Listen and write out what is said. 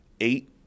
eight